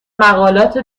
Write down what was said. مقالات